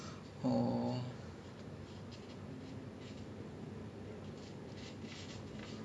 but like ya like when I got the P_S four I literally got just the P_S four like you know they give you a bundle right